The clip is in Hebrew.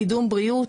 בריאות,